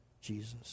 Jesus